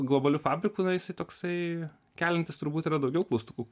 globaliu fabriku na jisai toksai keliantis turbūt yra daugiau klaustukų